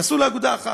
נעשו אגודה אחת.